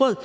Råd